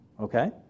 Okay